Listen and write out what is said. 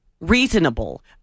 reasonable